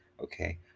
Okay